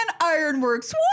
Ironworks